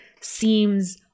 seems